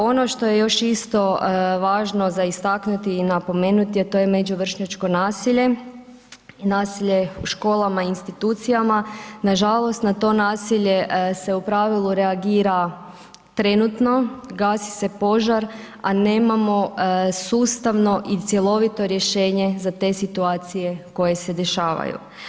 Ono što je još isto važno za istaknuti i napomenuti, a to je među vršnjačko nasilje, nasilje u školama i institucijama, nažalost, na to nasilje se u pravilu reagira trenutno, gasi se požar, a nemamo sustavno i cjelovito rješenje za te situacije koje se dešavaju.